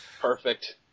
perfect